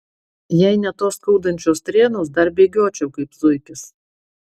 jei ne tos skaudančios strėnos dar bėgiočiau kaip zuikis